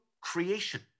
creation